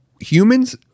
humans